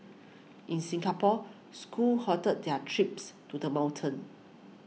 in Singapore schools halted their trips to the mountain